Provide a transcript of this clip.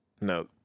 No